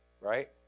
right